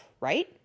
right